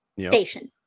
station